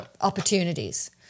opportunities